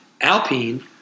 Alpine